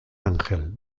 ángel